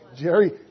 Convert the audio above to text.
Jerry